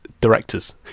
directors